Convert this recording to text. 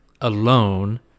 alone